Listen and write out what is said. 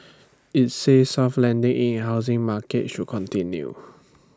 IT says soft landing in housing market should continue